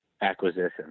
acquisition